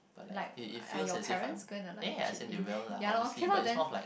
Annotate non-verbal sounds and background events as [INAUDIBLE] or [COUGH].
like are your parents going to like chip in [BREATH] ya lor cannot then